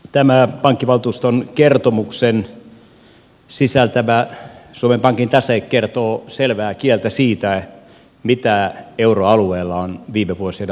tämä pankkivaltuuston kertomuksen sisältävä suomen pankin tase kertoo selvää kieltä siitä mitä euroalueella on viime vuosien aikaan tapahtunut